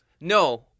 No